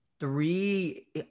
Three